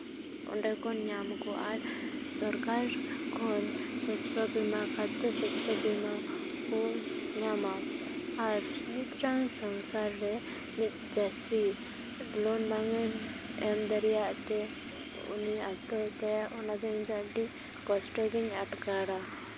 ᱚᱸᱰᱮ ᱠᱷᱚᱱ ᱧᱟᱢᱟᱠᱚ ᱟᱨ ᱥᱚᱨᱠᱟᱨ ᱠᱷᱚᱱ ᱥᱚᱥᱥᱚ ᱵᱤᱢᱟ ᱠᱷᱟᱫᱽᱫᱚ ᱥᱚᱥᱥᱚ ᱵᱤᱢᱟ ᱠᱚ ᱧᱟᱢᱟ ᱟᱨ ᱢᱤᱫᱴᱟᱝ ᱥᱚᱝᱥᱟᱨ ᱨᱮ ᱢᱤᱫ ᱪᱟᱹᱥᱤ ᱞᱳᱱ ᱵᱟᱝᱼᱮ ᱮᱢ ᱫᱟᱲᱮᱭᱟᱜ ᱛᱮ ᱩᱱᱤᱭ ᱟᱛᱛᱚᱦᱚᱛᱛᱟᱭᱟ ᱚᱱᱟ ᱫᱚ ᱤᱧ ᱫᱚ ᱟᱹᱰᱤ ᱠᱚᱥᱴᱚ ᱜᱮᱧ ᱟᱴᱠᱟᱨᱟ